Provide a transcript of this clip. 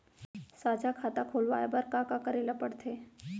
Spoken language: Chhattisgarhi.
साझा खाता खोलवाये बर का का करे ल पढ़थे?